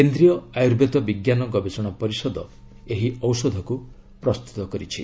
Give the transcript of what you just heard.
କେନ୍ଦ୍ରୀୟ ଆର୍ୟୁବେଦ ବିଜ୍ଞାନ ଗବେଷଣା ପରିଷଦ ଏହି ଔଷଧକୁ ପ୍ରସ୍ତୁତ କରିଛି